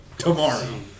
Tomorrow